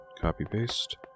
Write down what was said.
Copy-paste